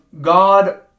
God